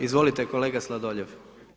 Izvolite kolega Sladoljev.